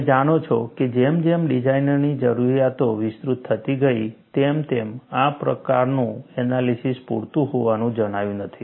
તમે જાણો છો કે જેમ જેમ ડિઝાઇનની જરૂરિયાતો વિસ્તૃત થતી ગઈ તેમ તેમ આ પ્રકારનું એનાલિસીસ પૂરતું હોવાનું જણાયું નથી